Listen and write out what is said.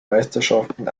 meisterschaften